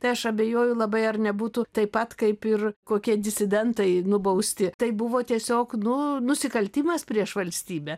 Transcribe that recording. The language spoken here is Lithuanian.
tai aš abejoju labai ar nebūtų taip pat kaip ir kokie disidentai nubausti tai buvo tiesiog nu nusikaltimas prieš valstybę